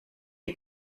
est